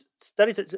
studies